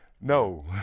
No